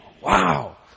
Wow